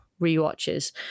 rewatches